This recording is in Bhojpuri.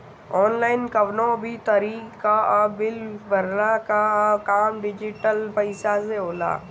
ऑनलाइन कवनो भी तरही कअ बिल भरला कअ काम डिजिटल पईसा से होला